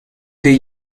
the